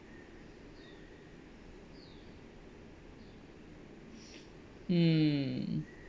mm